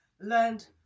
learned